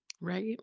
Right